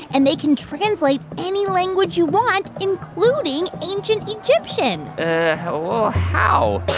and they can translate any language you want, including ancient egyptian well, how?